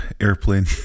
airplane